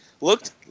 Looked